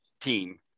team